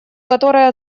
которой